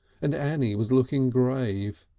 and annie was looking grave.